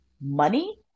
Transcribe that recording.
money